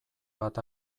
bat